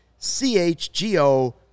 CHGO